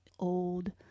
old